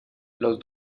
los